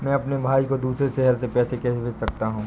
मैं अपने भाई को दूसरे शहर से पैसे कैसे भेज सकता हूँ?